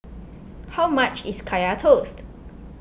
how much is Kaya Toast